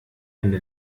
eine